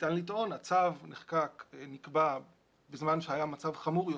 ניתן לטעון שהצו נקבע בזמן שהיה מצב חמור יותר,